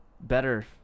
better